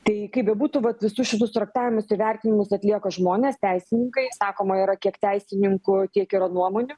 tai kaip bebūtų vat visus šitus traktavimus įvertinimus atlieka žmonės teisininkai sakoma yra kiek teisininkų tiek yra nuomonių